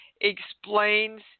explains